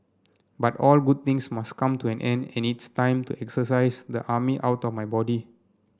but all good things must come to an end and it's time to exorcise the army outta my body